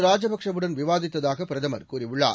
ராஜ்பக்சேயுடன் விவாதித்ததாக பிரதமர் கூறியுள்ளார்